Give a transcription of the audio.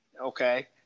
okay